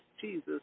Jesus